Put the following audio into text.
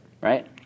Right